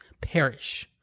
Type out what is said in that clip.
perish